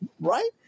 Right